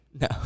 No